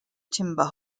timber